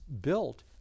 built